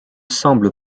semble